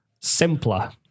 simpler